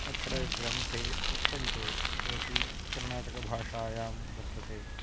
अत्र ग्रन्थे वर्तन्ते तदपि कर्नाटकभाषायां वर्तते